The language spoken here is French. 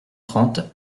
trente